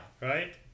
Right